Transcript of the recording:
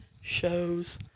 shows